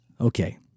Okay